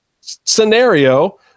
scenario